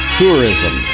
tourism